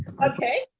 okay.